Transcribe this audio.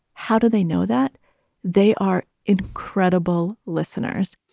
how do they know that they are incredible listeners?